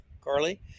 Carly